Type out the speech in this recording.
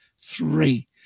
three